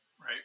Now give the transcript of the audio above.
right